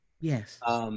Yes